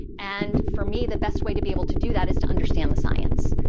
and for me, the best way to be able to do that is to understand the science.